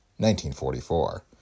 1944